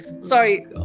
sorry